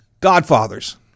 Godfathers